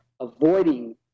avoiding